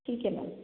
ठीक है मैम